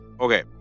Okay